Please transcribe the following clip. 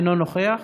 אינו נוכח